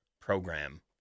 program